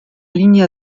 línea